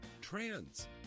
trans